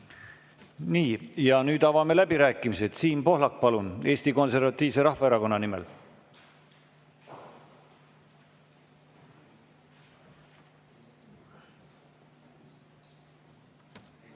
Nii. Nüüd avame läbirääkimised. Siim Pohlak, palun, Eesti Konservatiivse Rahvaerakonna nimel!